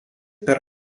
per